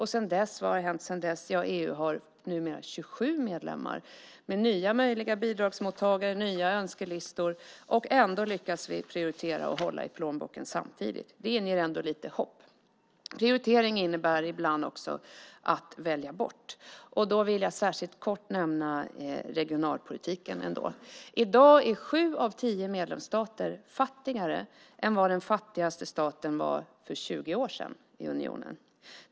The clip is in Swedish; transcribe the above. Vad har hänt sedan dess? Ja, EU har numera 27 medlemmar med nya möjliga bidragsmottagare och nya önskelistor. Ändå lyckas vi prioritera och samtidigt hålla i plånboken. Det inger ändå lite hopp. Prioritering innebär ibland också att välja bort. Jag vill då särskilt helt kort nämna regionalpolitiken. I dag är sju av tio medlemsstater fattigare än den fattigaste staten i unionen var för 20 år sedan.